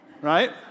right